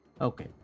okay